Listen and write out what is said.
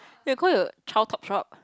you can call your child Topshop